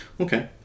Okay